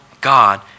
God